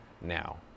now